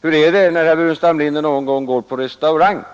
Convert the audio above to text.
Hur är det när herr Burenstam Linder någon gång går på restaurang?